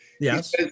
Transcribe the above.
yes